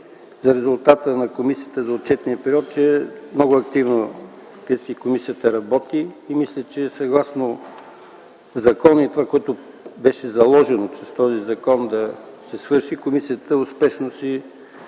за резултата на комисията за отчетния период, е, че комисията работи много активно. Мисля, че съгласно закона и това, което беше заложено в този закон да се свърши, комисията успешно си